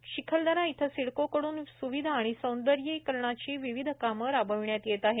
तसंच चिखलदरा इथं सिडकोकडून स्विधा आणि सौंदर्यीकरणाची विविध कामं राबविण्यात येत आहेत